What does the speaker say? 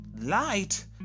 light